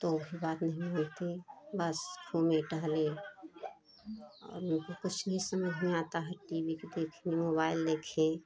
तो भी बात नहीं होती हैं बस घूमें टहलें अब उनको कुछ नहीं समझ में आता है टी वी देखेंगे मोबाइल देखें